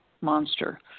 monster